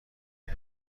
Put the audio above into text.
بچه